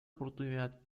oportunidad